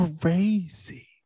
crazy